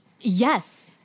Yes